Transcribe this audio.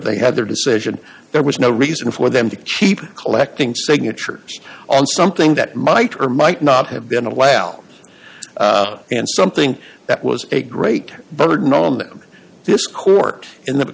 they had their decision there was no reason for them to keep collecting signatures on something that might or might not have been a while and something that was a great burden on them this court in the